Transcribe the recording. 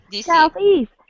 Southeast